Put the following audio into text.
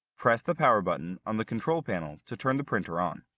press the power button on the control panel to turn the printer on.